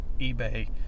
eBay